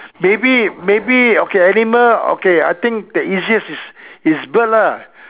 maybe maybe okay animal okay I think the easiest is is bird lah